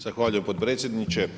Zahvaljujem potpredsjedniče.